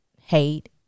hate